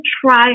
try